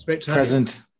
present